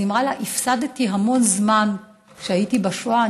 אז היא אמרה לה: הפסדתי המון זמן כשהייתי בשואה.